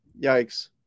Yikes